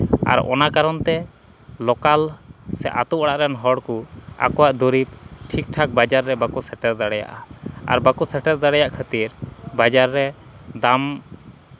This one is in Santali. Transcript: ᱟᱨ ᱚᱱᱟ ᱠᱟᱨᱚᱱ ᱛᱮ ᱞᱚᱠᱟᱞ ᱥᱮ ᱟᱹᱛᱩ ᱚᱲᱟᱜ ᱨᱮᱱ ᱦᱚᱲ ᱠᱚ ᱟᱠᱚᱣᱟᱜ ᱫᱚᱨᱤᱵ ᱴᱷᱤᱠ ᱷᱟᱠ ᱵᱟᱡᱟᱨ ᱨᱮ ᱵᱟᱠᱚ ᱥᱮᱴᱮᱨ ᱫᱟᱲᱮᱭᱟᱜᱼᱟ ᱟᱨ ᱵᱟᱠᱚ ᱥᱮᱴᱮᱨ ᱫᱟᱲᱮᱭᱟᱜ ᱠᱷᱟᱹᱛᱤᱨ ᱵᱟᱡᱟᱨ ᱨᱮ ᱫᱟᱢ